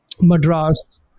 Madras